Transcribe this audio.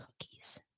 Cookies